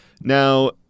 Now